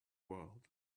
world